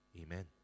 Amen